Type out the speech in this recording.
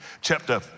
chapter